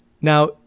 Now